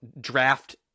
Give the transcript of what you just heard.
draft